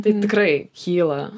tai tikrai kyla